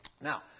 Now